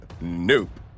nope